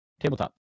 tabletop